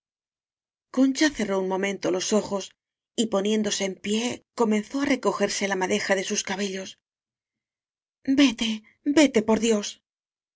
concha cerró un momento los ojos y po niéndose en pié comenzó á recogerse la ma deja de sus cabellos vete vete por dios